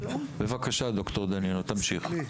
בבקשה, ד"ר דנינו, תמשיך.